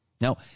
Now